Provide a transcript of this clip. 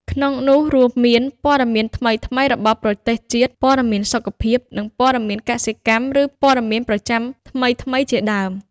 ក្នុងនោះរួមមាន ព័ត៌មានថ្មីៗរបស់ប្រទេសជាតិ ព័ត៌មានសុខភាព និងព័ត៌មានកសិកម្ម ឬព័ត៌មានប្រចាំថ្មីៗជាដើម។